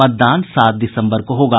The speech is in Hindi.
मतदान सात दिसम्बर को होगा